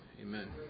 Amen